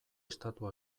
estatu